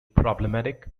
problematic